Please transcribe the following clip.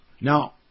Now